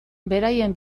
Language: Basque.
beraien